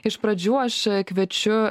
iš pradžių aš kviečiu